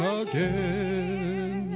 again